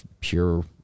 pure